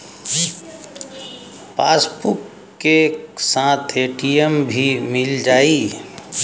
Passbook के साथ ATM भी मील जाई?